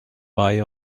buy